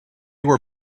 were